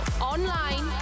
online